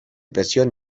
presión